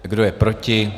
Kdo je proti?